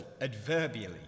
adverbially